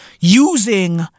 Using